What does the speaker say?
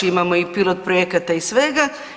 Imamo i pilot projekata i svega.